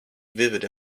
vivid